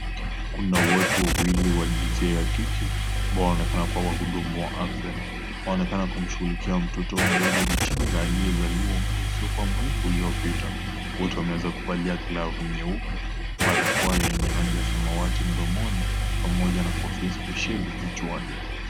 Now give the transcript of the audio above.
Kuna watu wawili wa jinsia ya kike, ambao wanaonekana kuwa wahudumu wa afya. Wanaonekana kumshughulikia mtoto mdogo, mchanga aliyezaliwa muda usio kuwa mrefu uliopita. Wote wameweza kuvalia glavu nyeupe, barakoa yenye rangi ya samawati mdomoni, pamoja na kofia spesheli kichwani.